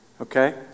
okay